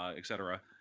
ah et cetera,